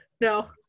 no